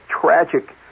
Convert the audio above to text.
tragic